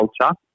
culture